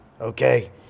Okay